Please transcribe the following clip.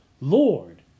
Lord